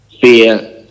fear